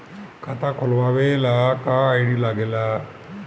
खाता खोलवावे ला का का आई.डी लागेला?